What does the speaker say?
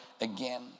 again